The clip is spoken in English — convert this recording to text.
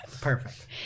perfect